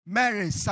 Mary